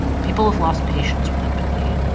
people have lost patience with empathy.